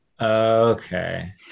okay